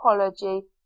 apology